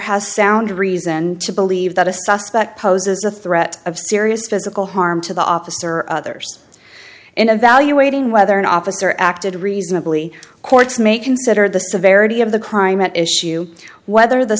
has sound reason to believe that a suspect poses a threat of serious physical harm to the officer others in evaluating whether an officer acted reasonably courts may consider the severity of the crime at issue whether the